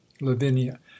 lavinia